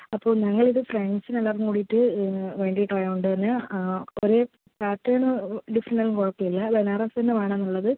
അപ്പോൾ ഞങ്ങളിത് ഫ്രണ്ട്സിനെല്ലാവർക്കും കൂടീട്ട് വേണ്ടീട്ടാകൊണ്ടന്നെ ആ ഒരു പാറ്റേൺ ഡിഫറെൻറ്റായാലും കുഴപ്പമില്ല ബനാറസന്നെ വേണോന്നുള്ളത്